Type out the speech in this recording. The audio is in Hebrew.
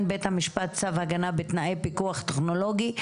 בית המשפט צו הגנה בתנאי פיקוח טכנולוגי,